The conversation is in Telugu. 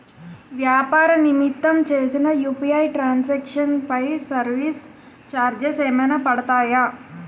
వ్యాపార నిమిత్తం చేసిన యు.పి.ఐ ట్రాన్ సాంక్షన్ పై సర్వీస్ చార్జెస్ ఏమైనా పడతాయా?